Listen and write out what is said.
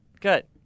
Good